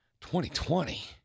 2020